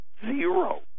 Zero